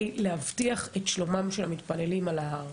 להבטיח את שלומם של המתפללים על ההר.